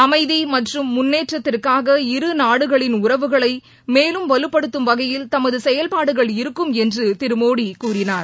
அமைதி மற்றும் முன்னேற்றத்திற்காக இரு நாடுகளின் உறவுகளை மேலும் வலுப்படுத்தும் வகையில் தமது செயல்பாடுகள் இருக்கும் என்று திரு மோடி கூறினார்